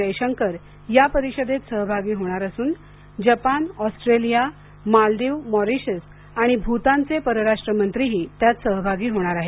जयशंकर या परिषदेत सहभागी होणार असून जपान ऑस्ट्रेलिया मालदीव मॉरिशस आणि भूतानचे परराष्ट्रमंत्रीही त्यात सहभागी होणार आहेत